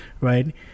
right